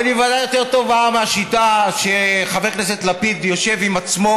אבל היא ודאי יותר טובה מהשיטה שחבר הכנסת לפיד יושב עם עצמו,